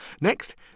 Next